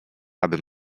aby